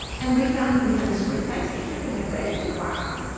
and we found, we had this great citation. we had read it in class.